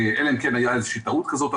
אלא אם כן הייתה איזושהי טעות כזו או